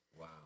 Wow